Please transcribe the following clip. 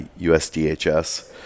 USDHS